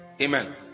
Amen